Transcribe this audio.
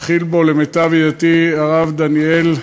שהתחיל בו, למיטב ידיעתי, הרב דניאל הרשקוביץ,